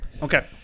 Okay